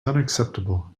unacceptable